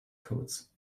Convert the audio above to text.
codes